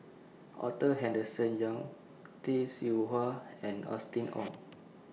Arthur Henderson Young Tay Seow Huah and Austen Ong